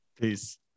peace